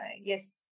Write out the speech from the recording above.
yes